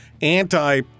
anti